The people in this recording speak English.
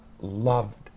loved